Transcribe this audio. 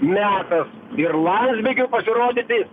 metas ir landsbergiui pasirodyti